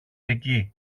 εκεί